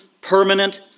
permanent